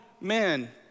men